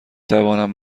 توانم